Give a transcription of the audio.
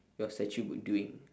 your statue be doing